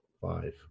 Five